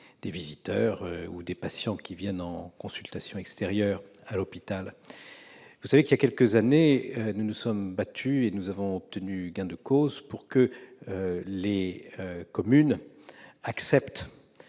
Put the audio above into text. des visiteurs ou des patients qui viennent en consultation extérieure à l'hôpital. Vous le savez, voilà quelques années, nous nous sommes battus et avons obtenu gain de cause pour que les communes acceptent